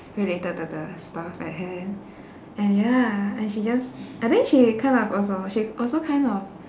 related to the stuff at hand and ya and she just I think she kind of also she also kind of